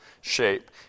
shape